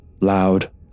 Loud